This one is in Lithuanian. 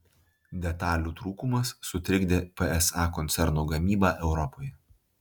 detalių trūkumas sutrikdė psa koncerno gamybą europoje